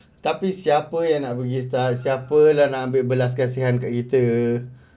tapi siapa yang nak pergi start siapa lah nak ambil belas kasihan kat kita